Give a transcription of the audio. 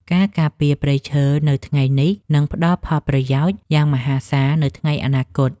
ការការពារព្រៃឈើនៅថ្ងៃនេះនឹងផ្តល់ផលប្រយោជន៍យ៉ាងមហាសាលនៅថ្ងៃអនាគត។